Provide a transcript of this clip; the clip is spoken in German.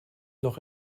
noch